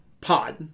pod